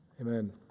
Amen